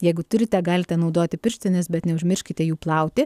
jeigu turite galite naudoti pirštines bet neužmirškite jų plauti